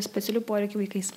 specialiųjų poreikių vaikais